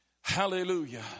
Hallelujah